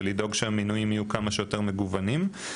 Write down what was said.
לדאוג שיהיו כמה שיותר מינויים מגוונים.